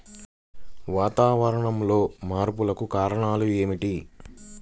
వాతావరణంలో మార్పులకు కారణాలు ఏమిటి?